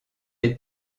est